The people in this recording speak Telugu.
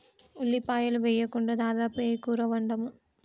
ఉల్లిపాయలు వేయకుండా దాదాపు ఏ కూర వండము